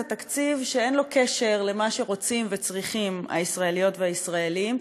זה תקציב שאין לו קשר למה שרוצים וצריכים הישראליות והישראלים.